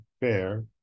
fair